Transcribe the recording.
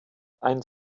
ein